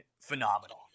phenomenal